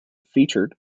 featured